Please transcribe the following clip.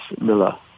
Miller